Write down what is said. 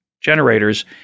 generators